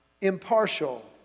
Impartial